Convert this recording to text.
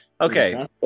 Okay